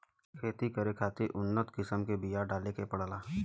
खेती करे खातिर उन्नत किसम के बिया डाले के पड़ेला